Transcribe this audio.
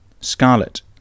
scarlet